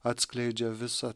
atskleidžia visą